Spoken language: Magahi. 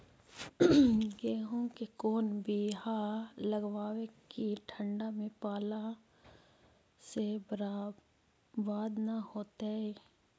गेहूं के कोन बियाह लगइयै कि ठंडा में पाला से बरबाद न होतै?